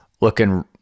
looking